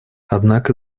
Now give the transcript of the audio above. однако